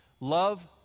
Love